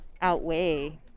outweigh